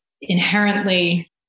inherently